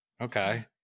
Okay